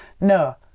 No